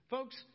Folks